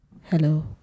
Hello